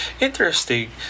interesting